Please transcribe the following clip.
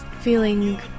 feeling